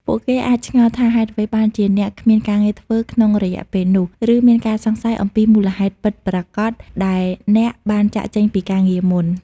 ពួកគេអាចឆ្ងល់ថាហេតុអ្វីបានជាអ្នកគ្មានការងារធ្វើក្នុងរយៈពេលនោះ ឬមានការសង្ស័យអំពីមូលហេតុពិតប្រាកដដែលអ្នកបានចាកចេញពីការងារមុន។